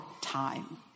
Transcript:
time